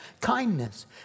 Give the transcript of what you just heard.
Kindness